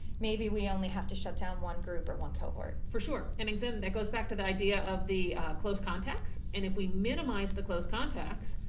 maybe we only have to shut down one group or one cohort, for sure and again, um that goes back to the idea of of the close contacts and if we minimize the close contacts,